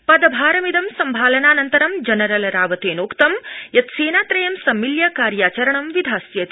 पदभारमिदं सम्भालनानन्तरं जनरल रावतेनोक्तं यत् सेनात्रयं सम्मिल्य कार्याचरणं विधास्यति